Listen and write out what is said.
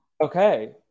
okay